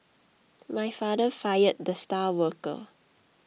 my father fired the star worker